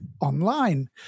online